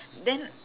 then